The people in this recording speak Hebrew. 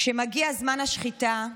כשמגיע זמן השחיטה,